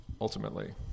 ultimately